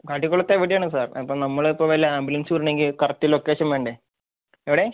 കാട്ടിക്കുളത്ത് എവിടെയാണ് സാർ അപ്പം നമ്മൾ ഇപ്പോൾ വല്ല ആംബുലൻസ് വിടണമെങ്കിൽ കറക്റ്റ് ലൊക്കേഷൻ വേണ്ടേ എവിടെ